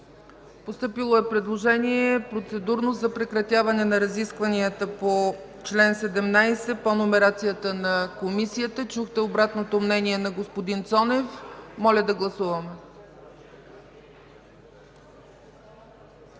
Постъпило е процедурно предложение за прекратяване на разискванията по чл. 17 по номерацията на Комисията. Чухте обратното мнение на господин Цонев. Моля да гласуваме.